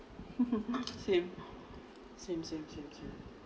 same same same same same